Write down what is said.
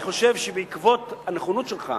אני חושב שבעקבות הנכונות שלך